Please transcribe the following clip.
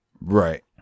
Right